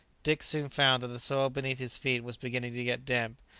dick soon found that the soil beneath his feet was beginning to get damp,